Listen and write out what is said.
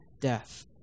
death